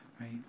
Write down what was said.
right